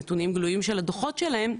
נתונים גלויים של הדו"חות שלהם,